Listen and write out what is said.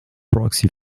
proxy